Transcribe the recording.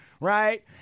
right